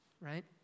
right